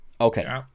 Okay